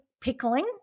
pickling